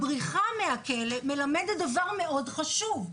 הבריחה מהכלא מלמדת דבר מאד חשוב,